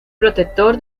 protector